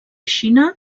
xina